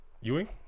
Ewing